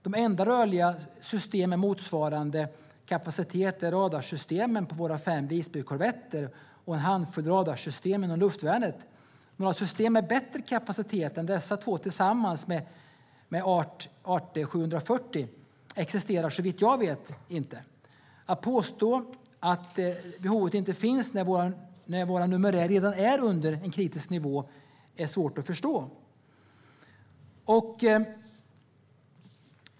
De enda rörliga systemen med motsvarande kapacitet är radarsystemen på våra fem Visbykorvetter och en handfull radarsystem inom luftvärnet. Några system med bättre kapacitet än dessa två tillsammans med ArtE 740 existerar såvitt jag vet inte. Att påstå att behovet inte finns när vår numerär redan är under en kritisk nivå är svårt att förstå.